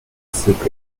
secrets